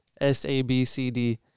S-A-B-C-D